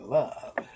love